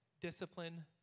discipline